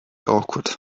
awkward